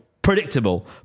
Predictable